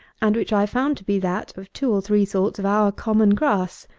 and which i found to be that of two or three sorts of our common grass,